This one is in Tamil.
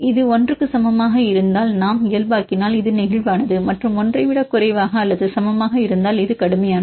இது 1 க்கு சமமாக இருந்தால் நாம் இயல்பாக்கினால் இது நெகிழ்வானது மற்றும் 1 ஐ விட குறைவாக அல்லது சமமாக இருந்தால் இது கடுமையானது